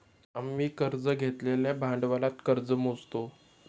आम्ही कर्ज घेतलेल्या भांडवलात कर्ज मोजतो